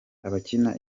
abakina